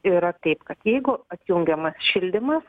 yra taip kad jeigu atjungiamas šildymas